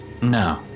No